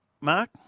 Mark